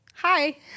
Hi